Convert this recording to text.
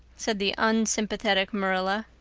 said the unsympathetic marilla.